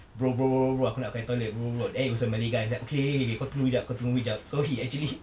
bro bro bro bro bro aku nak pakai toilet bro bro bro then he was a malay guy he was like okay okay okay kau tunggu kejap kau tunggu kejap so he actually